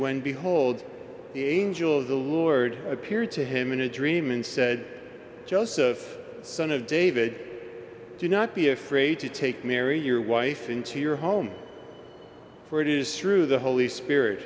when behold the angel of the lord appeared to him in a dream and said joseph son of david do not be afraid to take mary your wife into your home for it is through the holy spirit